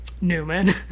newman